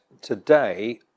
today